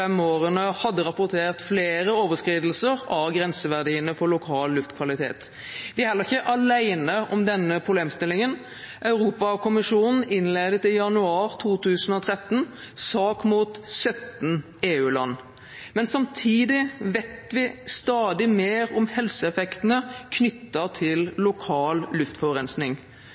årene hadde rapportert flere overskridelser av grenseverdiene for lokal luftkvalitet. Vi er heller ikke alene om denne problemstillingen. Europakommisjonen innledet i januar 2013 sak mot 17 EU-land. Men samtidig vet vi stadig mer om helseeffektene knyttet til lokal luftforurensning.